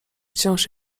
wciąż